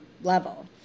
level